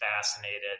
fascinated